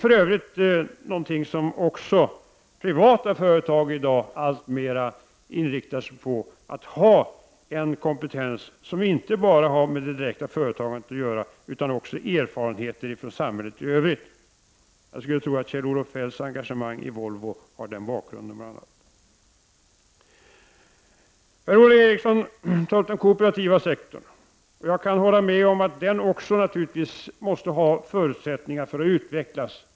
För övrigt inriktar sig även privata företag i dag alltmer på att ha en kompetens som inte bara har direkt med företaget att göra utan med samhället i övrigt, i form av erfarenhet. Jag tror att Kjell Olof Feldts engagemang i Volvo har bl.a. den bakgrunden. Per-Ola Eriksson tog upp den kooperativa sektorn. Jag kan hålla med om att även denna måste ha förutsättningar att utvecklas.